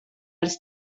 ers